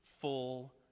full